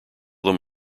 them